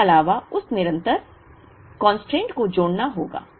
इसके अलावा उस निरंतर कांस्टेंट को जोड़ना होगा